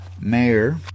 Mayor